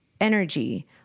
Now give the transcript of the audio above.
energy